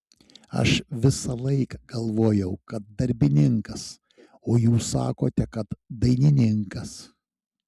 aš visąlaik galvojau kad darbininkas o jūs sakote kad dainininkas